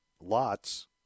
lots